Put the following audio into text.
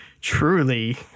truly